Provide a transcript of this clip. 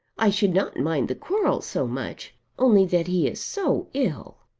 i should not mind the quarrel so much only that he is so ill.